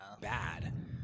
bad